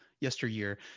yesteryear